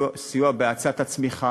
סיוע בהאצת הצמיחה,